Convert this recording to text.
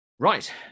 Right